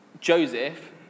Joseph